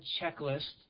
checklist